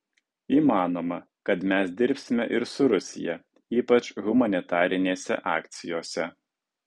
įmanoma kad mes dirbsime ir su rusija ypač humanitarinėse akcijose